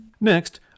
Next